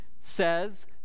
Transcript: says